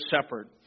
Shepherd